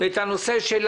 את הנושא של